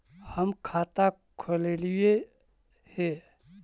हम खाता खोलैलिये हे?